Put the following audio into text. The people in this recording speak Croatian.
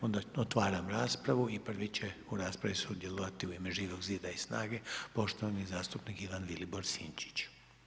Onda otvaram raspravu, i prvi će u raspravi sudjelovati u ime Živog zida i SNAGA-e, poštovani zastupnik Ivan Vilibor Sinčić.